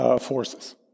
forces